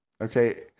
Okay